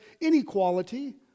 inequality